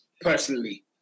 personally